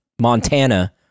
Montana